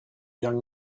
young